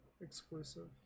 exclusive